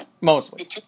mostly